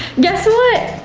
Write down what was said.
guess what?